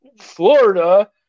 Florida